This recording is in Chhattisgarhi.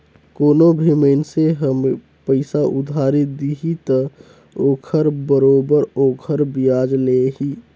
कोनो भी मइनसे ह पइसा उधारी दिही त ओखर बरोबर ओखर बियाज लेही